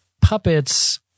puppets